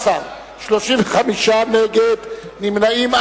אסור להם, השרים המחוקקים, השר נאמן לא